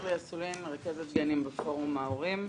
שירלי אסולין, מרכזת גנים בפורום ההורים.